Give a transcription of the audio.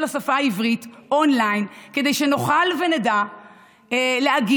לשפה העברית און-ליין כדי שנוכל ונדע להגיב,